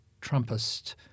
Trumpist